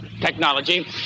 technology